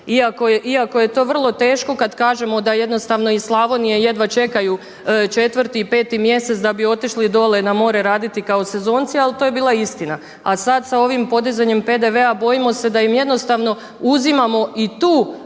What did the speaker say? Iako je to vrlo teško kad kažemo da jednostavno iz Slavonije jedva čekaju 4. i 5. mjesec da bi otišli dole na more raditi kao sezonci, ali to je bila istina. A sada s ovim podizanjem PDV-a bojimo se da im jednostavno uzimamo i tu